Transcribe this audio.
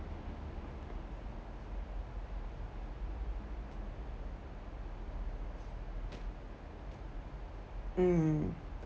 mm